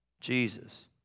Jesus